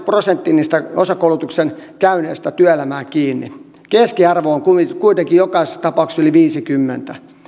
prosenttia niistä osakoulutuksen käyneistä työelämään kiinni keskiarvo on kuitenkin jokaisessa tapauksessa yli viisikymmentä